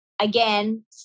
again